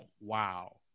Wow